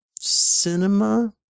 cinema